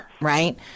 Right